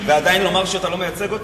ועדיין לומר שאתה לא מייצג אותה?